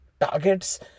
targets